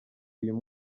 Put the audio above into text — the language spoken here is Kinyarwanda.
uyu